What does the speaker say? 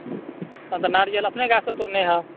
तहन तऽ नारियल अपने गाछसँ तोड़ने होएब